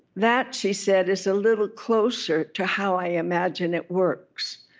that she said, is a little closer to how i imagine it works.